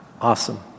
Awesome